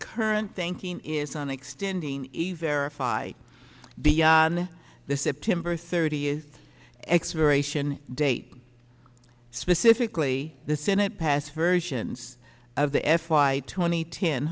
current thinking is on extending a verify beyond the september thirtieth expiration date specifically the senate passed versions of the f y twenty ten